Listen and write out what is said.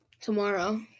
tomorrow